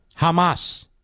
Hamas